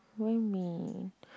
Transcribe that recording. very mean